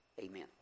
Amen